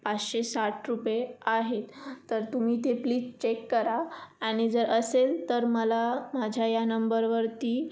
पाचशे साठ रुपये आहेत तर तुम्ही ते प्लीज चेक करा आणि जर असेल तर मला माझ्या या नंबरवरती